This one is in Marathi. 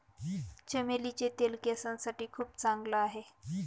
चमेलीचे तेल केसांसाठी खूप चांगला आहे